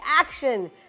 action